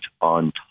on